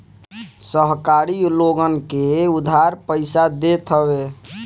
सहकारी लोगन के उधार पईसा देत हवे